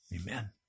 Amen